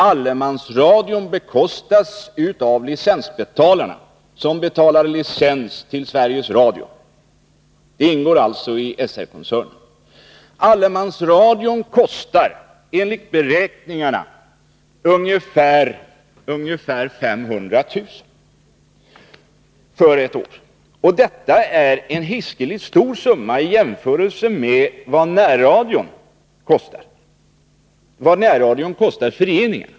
Allemansradion bekostas av dem som betalar licens till Sveriges Radio; allemansradion ingår alltså i SR-koncernen. Allemansradion kostar för en station ungefär 500 000 kr. per år. Det är en hiskligt stor summa i jämförelse med vad närradion kostar föreningarna.